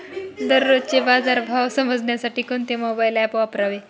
दररोजचे बाजार भाव समजण्यासाठी कोणते मोबाईल ॲप वापरावे?